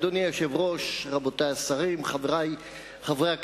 אדוני היושב-ראש, רבותי השרים, חברי חברי הכנסת,